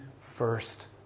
first